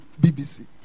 BBC